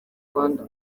rwanda